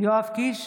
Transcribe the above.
יואב קיש,